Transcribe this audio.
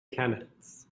candidates